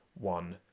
one